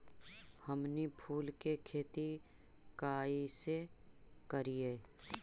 हमनी फूल के खेती काएसे करियय?